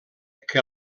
que